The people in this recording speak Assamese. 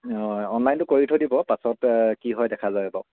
অঁ অনলাইনটো কৰি থৈ দিব পাছত কি হয় দেখা যাব বাৰু